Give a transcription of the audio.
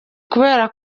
kubera